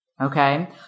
Okay